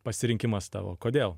pasirinkimas tavo kodėl